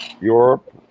Europe